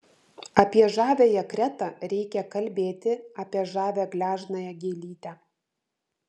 apie žaviąją kretą reikia kalbėti apie žavią gležnąją gėlytę